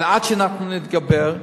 ועד שאנחנו נתגבר,